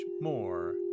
more